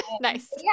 nice